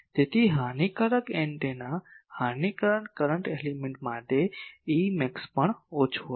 તેથી હાનિકારક એન્ટેના હાનિકારક કરંટ એલિમેન્ટ માટે Ae max પણ ઓછું હશે